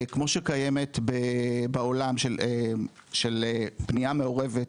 כמו שקיימת בעולם של בנייה מעורבת,